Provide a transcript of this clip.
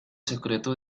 secreto